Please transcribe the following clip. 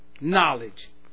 knowledge